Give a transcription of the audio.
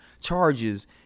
charges